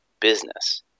business